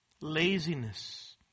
Laziness